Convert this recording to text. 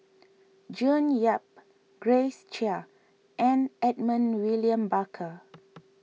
June Yap Grace Chia and Edmund William Barker